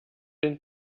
den